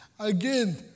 Again